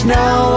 now